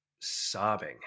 sobbing